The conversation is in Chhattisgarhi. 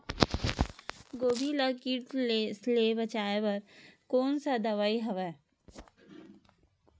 गोभी ल कीट ले बचाय बर कोन सा दवाई हवे?